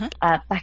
back